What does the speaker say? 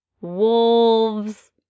wolves